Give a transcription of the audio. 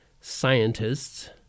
scientists